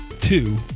two